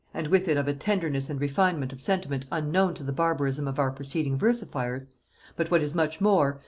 and with it of a tenderness and refinement of sentiment unknown to the barbarism of our preceding versifiers but what is much more,